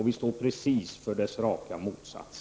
Vi står för dess raka motsats.